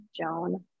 Joan